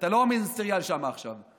אתה לא המיניסטר שם עכשיו.